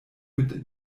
mit